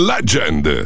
Legend